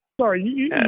Sorry